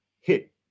hit